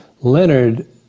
Leonard